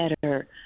better